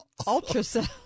ultrasound